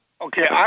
Okay